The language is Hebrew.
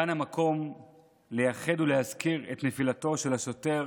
כאן המקום לייחד, ולהזכיר את נפילתו של השוטר